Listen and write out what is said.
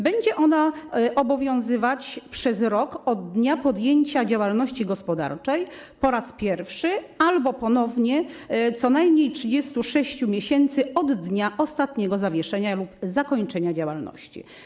Będzie to obowiązywać przez rok od dnia podjęcia działalności gospodarczej po raz pierwszy albo ponownie co najmniej przez 36 miesięcy od dnia ostatniego zawieszenia lub zakończenia działalności.